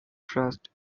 trust